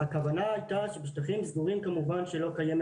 הכוונה הייתה שבשטחים סגורים כמובן שלא קיימת